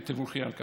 ותבורכי על כך.